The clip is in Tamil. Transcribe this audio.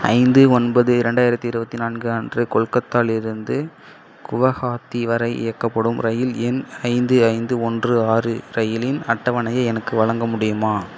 ஐந்து ஒன்பது இரண்டாயிரத்தி இருபத்தி நான்கு அன்று கொல்கத்தாலிருந்து குவஹாத்தி வரை இயக்கப்படும் ரயில் எண் ஐந்து ஐந்து ஒன்று ஆறு ரயிலின் அட்டவணையை எனக்கு வழங்க முடியுமா